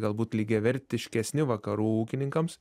galbūt lygiavertiškesni vakarų ūkininkams